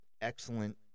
Excellent